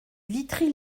witry